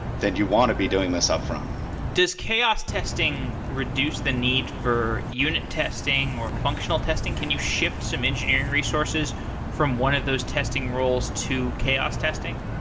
then you want to be doing this upfront does chaos testing reduce the need for unit testing, or functional testing? can you shift some engineering resources from one of those testing rules to chaos testing?